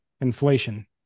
inflation